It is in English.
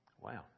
Wow